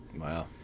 Wow